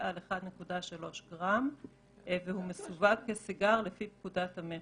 על 1.3 גרם והוא מסווג כסיגר לפי פקודת המכס".